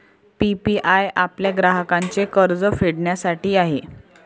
PPI आपल्या ग्राहकांचे कर्ज फेडण्यासाठी आहे